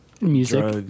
music